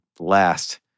Last